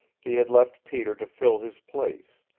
he had left peter to fill his place,